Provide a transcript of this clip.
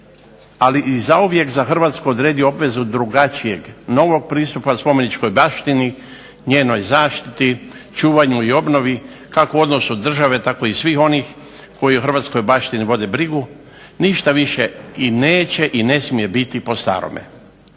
ali i zauvijek za Hrvatsku odredio obvezu drugačijeg novog pristupa spomeničkoj baštini, njenoj zaštiti, čuvanju i obnovi kako u odnosu države tako i svih onih koji o hrvatskoj baštini vode brigu. Ništa više i neće i ne smije biti po starome.